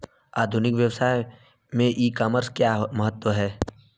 आधुनिक व्यवसाय में ई कॉमर्स का क्या महत्व है?